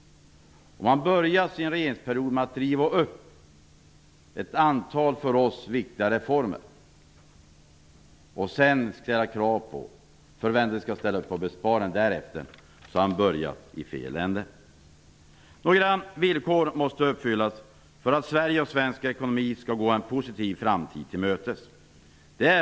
Om han börjar sin regeringsperiod med att riva upp ett antal för oss viktiga reformer och sedan förväntar sig att vi därefter skall ställ upp på besparingar, har han börjat i fel ände. Några villkor måste uppfyllas för att Sverige och svensk ekonomi skall gå en positiv framtid till mötes.